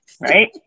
right